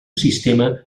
sistema